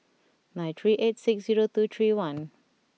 nine three eight six zero two three one